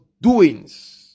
doings